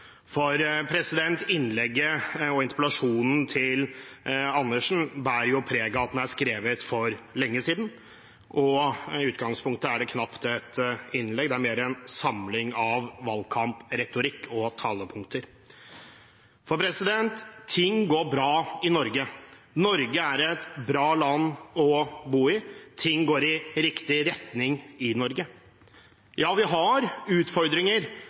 Innlegget og interpellasjonen til Andersen bærer preg av å være skrevet for lenge siden, og i utgangspunktet er det knapt et innlegg, det er mer en samling av valgkampretorikk og talepunkter. Ting går bra i Norge. Norge er et bra land å bo i, ting går i riktig retning i Norge. Ja, vi har utfordringer,